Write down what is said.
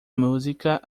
música